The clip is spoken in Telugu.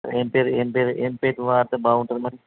ఏం పేరు ఏం పేరు ఏం పెయింట్ వాడితే బాగుంటుంది మరి